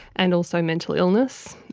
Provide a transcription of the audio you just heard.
and also mental illness.